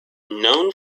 known